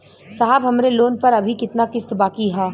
साहब हमरे लोन पर अभी कितना किस्त बाकी ह?